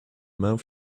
mouth